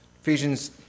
Ephesians